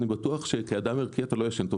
אני בטוח שכאדם ערכי אתה לא ישן טוב